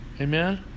Amen